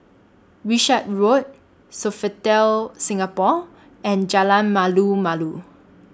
Wishart Road Sofitel Singapore and Jalan Malu Malu